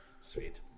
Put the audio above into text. Sweet